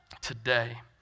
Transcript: today